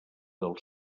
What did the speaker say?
del